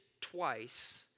twice